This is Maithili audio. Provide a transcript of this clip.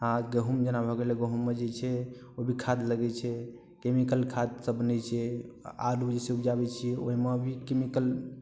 अहाँके गहूँम जेना भऽ गेलै गहूँममे जे छै ओ भी खाद लगै छै कैमिकल खादसँ बनै छै आलू जैसे उपजाबै छियै ओहिमे भी कैमिकल